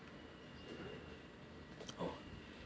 oh